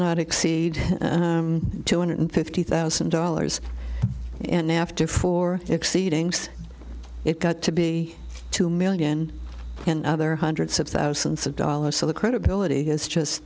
not exceed two hundred fifty thousand dollars and after four exceeding it got to be two million and other hundreds of thousands of dollars so the credibility is just